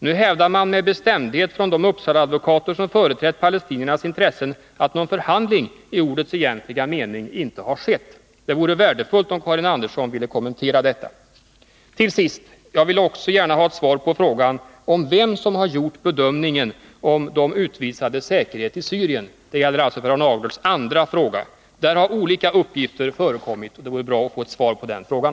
Nu hävdar man med bestämdhet från de Uppsalaadvokater som företrätt palestiniernas intressen att någon förhandling i ordets egentliga mening inte har skett. Det vore värdefullt om Karin Andersson ville kommentera detta. Till sist vill jag också gärna ha ett svar på frågan om vem som har gjort bedömningen om de utvisades säkerhet i Syrien. Det gäller alltså Per Arne Aglerts andra fråga. Där har olika uppgifter förekommit, och det vore bra att få ett svar på den frågan.